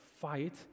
fight